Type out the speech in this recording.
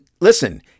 listen